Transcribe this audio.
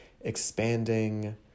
expanding